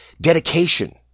dedication